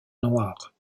noire